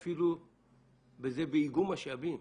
וזה באיגום משאבים.